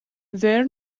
their